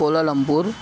Kuala Lumpur